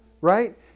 right